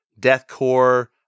Deathcore